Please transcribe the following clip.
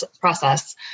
process